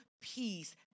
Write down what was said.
peace